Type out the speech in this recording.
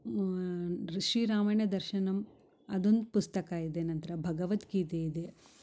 ಋಷಿ ರಾಮಾಯಣ ದರ್ಶನಮ್ ಅದೊಂದು ಪುಸ್ತಕ ಇದೆ ನಂತರ ಭಗವದ್ಗೀತೆ ಇದೆ